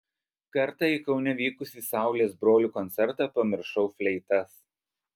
kartą į kaune vykusį saulės brolių koncertą pamiršau fleitas